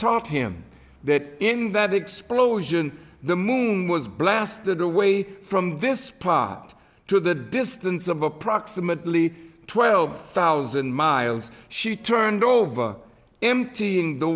taught him that in that explosion the moon was blasted away from this spot to the distance of approximately twelve thousand miles she turned over emptying the